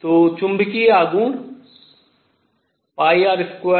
तो चुंबकीय आघूर्ण R2ν